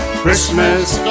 Christmas